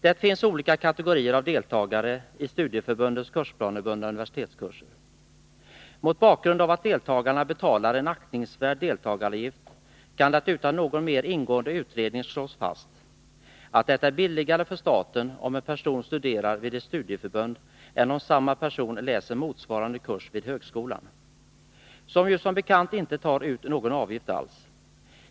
Det finns olika kategorier av deltagare i studieförbundens kursplanebundna universitetskurser. Mot bakgrund av att deltagarna betalar en aktningsvärd deltagaravgift kan det utan någon mer ingående utredning slås fast, att det är billigare för staten om en person studerar vid ett studieförbund än om samma person läser motsvarande kurs vid högskolan, som ju som bekant inte tar ut någon avgift alls.